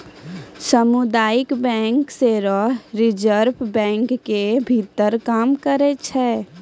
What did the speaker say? समुदायिक बैंक सेहो रिजर्वे बैंको के भीतर काम करै छै